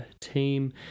team